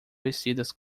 vestidas